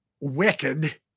wicked